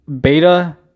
beta